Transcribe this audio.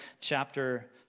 chapter